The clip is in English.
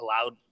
allowed